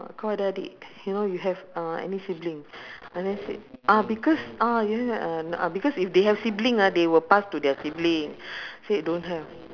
kau ada adik you know you have uh any sibling and then said ah because ah because if they have sibling ah they will pass to their sibling said don't have